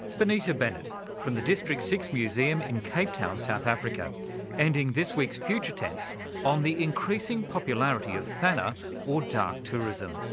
bonita bennett from the district six museum in cape town south africa ending this week's future tense on the increasing popularity of thana or dark tourism.